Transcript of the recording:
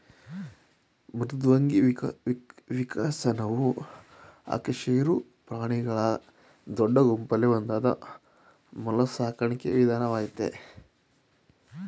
ಮೃದ್ವಂಗಿ ವಿಕಸನವು ಅಕಶೇರುಕ ಪ್ರಾಣಿಗಳ ದೊಡ್ಡ ಗುಂಪಲ್ಲಿ ಒಂದಾದ ಮೊಲಸ್ಕಾ ವಿಧಾನವಾಗಯ್ತೆ